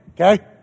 okay